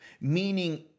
meaning